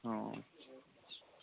ꯑꯣ ꯑꯣ